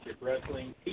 Wrestling